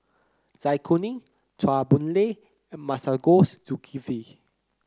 Zai Kuning Chua Boon Lay and Masagos Zulkifli